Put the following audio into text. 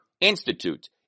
Institute